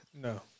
No